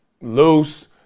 loose